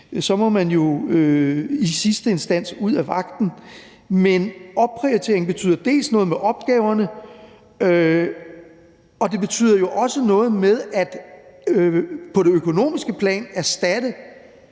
må man i sidste instans ud af vagten. Men opprioritering betyder dels noget med opgaverne, og det betyder jo dels også noget med på det økonomiske plan at erstatte